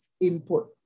input